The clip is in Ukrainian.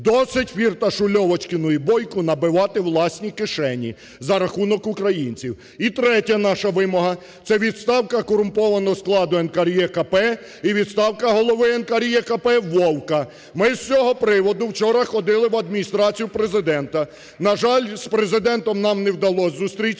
Досить Фірташу, Льовочкіну і Бойку набивати власні кишені за рахунок українців. І третя наша вимога. Це відставка корумпованого складу НКРЕКП і відставка Голови НКРЕКП Вовка. Ми з цього приводу вчора ходили в Адміністрацію Президента, на жаль, з Президентом нам не вдалось зустрітися,